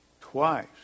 twice